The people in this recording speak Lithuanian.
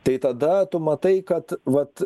tai tada tu matai kad vat